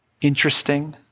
interesting